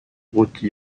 rôti